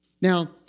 Now